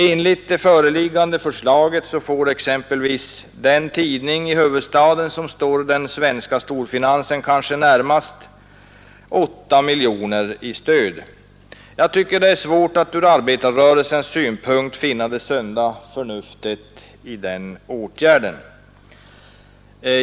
Enligt det föreliggande förslaget får exempelvis den tidning i huvudstaden som står den svenska storfinansen kanske närmast 8 miljoner kronor i stöd. Jag tycker att det är svårt att ur arbetarrörelsens synpunkt finna det sunda förnuftet i den åtgärden.